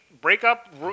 breakup